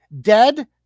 dead